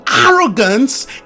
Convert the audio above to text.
arrogance